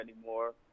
anymore